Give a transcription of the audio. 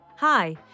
Hi